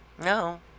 No